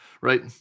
right